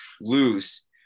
lose